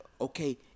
Okay